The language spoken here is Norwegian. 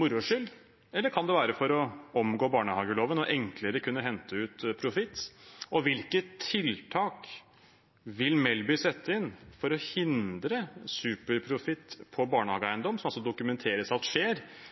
moro skyld, eller kan det være for å omgå barnehageloven og enklere kunne hente ut profitt? Hvilke tiltak vil Melby sette inn for å hindre superprofitt på barnehageeiendommer, som man har dokumentert skjer